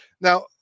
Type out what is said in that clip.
Now